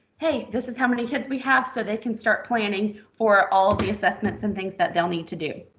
hey, this is how many kids we have. so they can start planning for all of the assessments and things that they'll need to do.